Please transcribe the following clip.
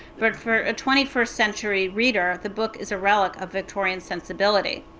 but for a twenty first century reader, the book is a relic of victorian sensibility.